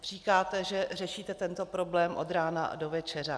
Říkáte, že řešíte tento problém od rána do večera.